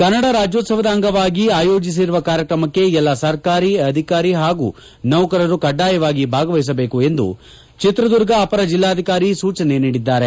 ಕನ್ನಡ ರಾಜ್ಯೋತ್ಸವದ ಅಂಗವಾಗಿ ಆಯೋಜಿಸಿರುವ ಕಾರ್ಯಕ್ರಮಕ್ಕೆ ಎಲ್ಲ ಸರ್ಕಾರಿ ಅಧಿಕಾರಿ ಹಾಗೂ ನೌಕರರು ಕಡ್ಡಾಯವಾಗಿ ಭಾಗವಹಿಸಬೇಕು ಎಂದು ಚಿತ್ರದುರ್ಗ ಅಪರ ಜಿಲ್ಲಾಧಿಕಾರಿ ಸೂಚನೆ ನೀಡಿದ್ದಾರೆ